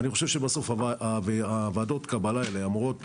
אני חושב שבסוף ועדות הקבלה האלה אמורות